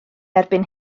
erbyn